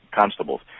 constables